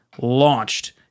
launched